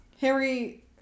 Harry